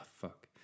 fuck